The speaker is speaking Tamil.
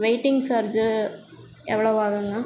வெயிட்டிங் சார்ஜு எவ்வளோ ஆகுங்கள்